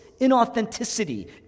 inauthenticity